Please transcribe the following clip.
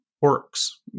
works